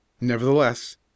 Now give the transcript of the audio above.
Nevertheless